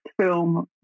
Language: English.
film